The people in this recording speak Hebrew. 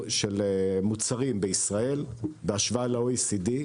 של מוצרים בישראל, בהשוואה ל-OECD,